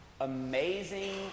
amazing